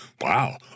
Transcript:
wow